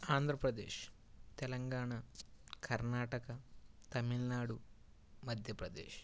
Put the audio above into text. Andhra Pradesh Telangana Karnataka Tamil Nadu Madhya Pradesh